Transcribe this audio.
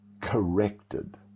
corrected